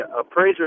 appraiser